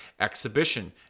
exhibition